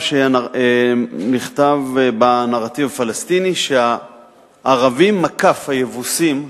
נכתב בנרטיב הפלסטיני ש"הערבים, היבוסים,